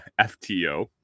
FTO